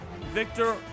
Victor